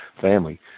family